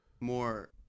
more